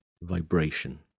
vibration